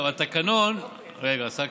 רגע, עסאקלה.